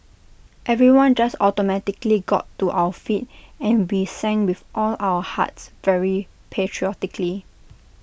everyone just automatically got to our feet and we sang with all of our hearts very patriotically